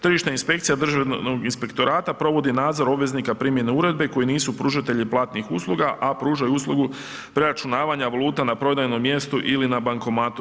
Tržišna inspekcija Državnog inspektora provodi nadzor obveznika primjene uredbe koji nisu pružatelji platnih usluga, a pružaju uslugu preračunavanja valuta na prodajnom mjestu ili na bankomatu.